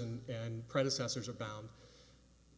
bound